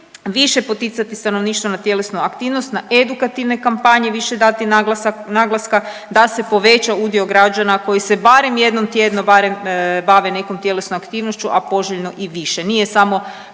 više poticati stanovništvo na tjelesnu aktivnost, na edukativne kampanje više dati naglasak, naglaska da se poveća udio građana koji se barem jednom tjedno barem bave nekom tjelesnom aktivnošću, a poželjno i više.